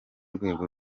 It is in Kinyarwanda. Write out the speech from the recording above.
rwego